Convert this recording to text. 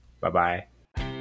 Bye-bye